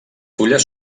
fulles